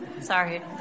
Sorry